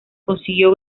consiguió